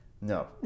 No